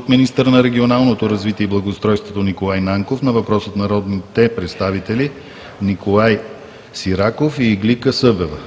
- министъра на регионалното развитие и благоустройството Николай Нанков на въпрос от народните представители Николай Сираков и Иглика Събева;